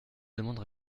demande